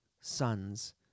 sons